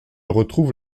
retrouve